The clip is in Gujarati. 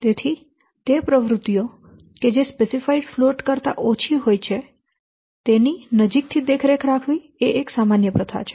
તેથી તે પ્રવૃત્તિઓ કે જે સ્પેસિફાઇડ ફ્લોટ કરતા ઓછી હોય છે તેની નજીક થી દેખરેખ રાખવી એ સામાન્ય પ્રથા છે